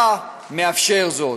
אתה מאפשר זאת.